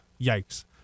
yikes